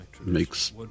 makes